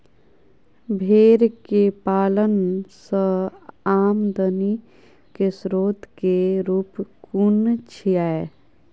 भेंर केँ पालन सँ आमदनी केँ स्रोत केँ रूप कुन छैय?